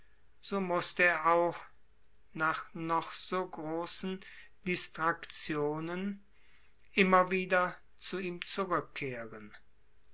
so mußte er auch nach noch so großen distraktionen immer wieder zu ihm zurückkehren